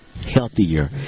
Healthier